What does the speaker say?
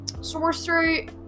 sorcery